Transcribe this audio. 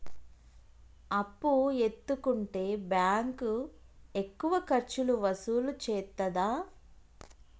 అప్పు ఎత్తుకుంటే బ్యాంకు ఎక్కువ ఖర్చులు వసూలు చేత్తదా?